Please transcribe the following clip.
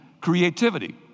creativity